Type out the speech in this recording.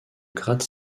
gratte